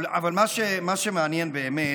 אבל מה שמעניין באמת,